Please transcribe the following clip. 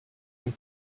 and